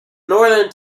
northern